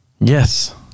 Yes